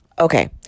Okay